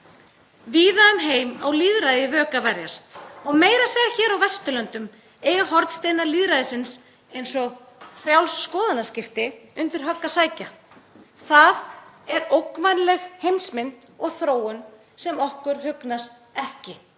Víða um heim á lýðræði í vök að verjast og meira að segja hér á Vesturlöndum eiga hornsteinar lýðræðisins eins og frjáls skoðanaskipti undir högg að sækja. Það er ógnvænleg heimsmynd og þróun sem okkur hugnast ekki.